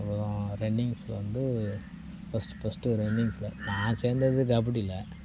அப்புறம் ரன்னிங்ஸில் வந்து ஃபர்ஸ்ட் ஃபர்ஸ்ட் ரன்னிங்ஸில் நான் சேர்ந்தது கபடியில்